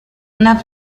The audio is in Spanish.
una